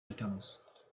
alternance